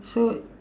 so